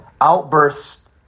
outbursts